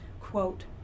quote